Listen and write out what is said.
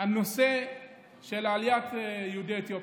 הנושא של עליית יהודי אתיופיה.